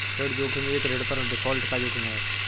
ऋण जोखिम एक ऋण पर डिफ़ॉल्ट का जोखिम है